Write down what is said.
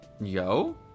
yo